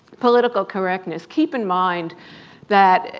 political correctness. keep in mind that,